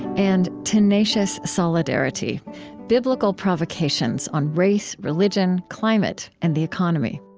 and tenacious solidarity biblical provocations on race, religion, climate, and the economy